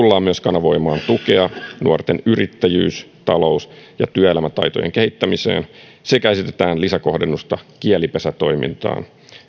tullaan myös kanavoimaan tukea nuorten yrittäjyys talous ja työelämätaitojen kehittämiseen sekä esitetään lisäkohdennusta kielipesätoimintaan jolla